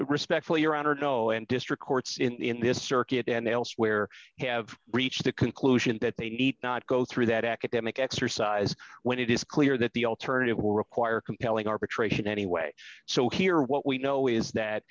respectfully your honor joe and district courts in this circuit and elsewhere have reached the conclusion that they need not go through that academic exercise when it is clear that the alternative will require compelling arbitration anyway so here what we know is that